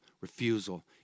Refusal